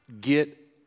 Get